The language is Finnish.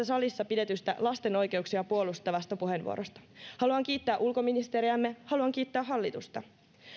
salissa pidetystä lasten oikeuksia puolustavasta puheenvuorosta haluan kiittää ulkoministeriämme haluan kiittää hallitusta